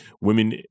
women